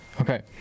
Okay